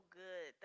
good